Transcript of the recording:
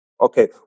Okay